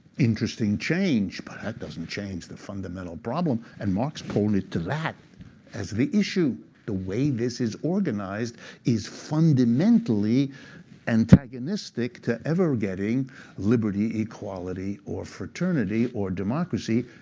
interesting change, but that doesn't change the fundamental problem. and marx pointed to that as the issue the way this is organized is fundamentally antagonistic to ever getting liberty, equality or fraternity or democracy,